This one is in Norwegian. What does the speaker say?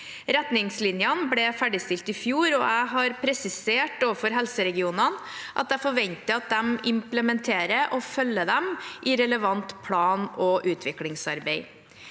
Retningslinjene ble ferdigstilt i fjor, og jeg har presisert overfor helseregionene at jeg forventer at de implementerer og følger dem i relevant plan- og utviklingsarbeid.